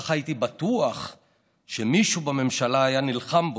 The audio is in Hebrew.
ככה הייתי בטוח שמישהו בממשלה היה נלחם בו,